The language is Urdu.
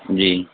جی